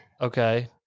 Okay